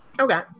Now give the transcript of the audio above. okay